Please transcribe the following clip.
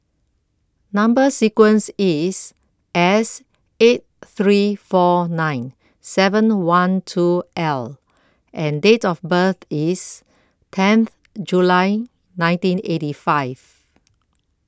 Number sequence IS S eight three four nine seven one two L and Date of birth IS tenth July nineteen eighty five